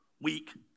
weak